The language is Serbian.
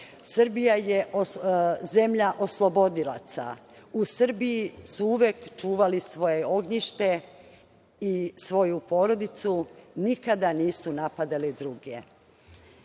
Srbija je zemlja oslobodilaca. U Srbiji su uvek čuvali svoje ognjište i svoju porodicu, nikada nisu napadali druge. Da